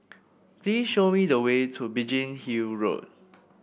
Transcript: please show me the way to Biggin Hill Road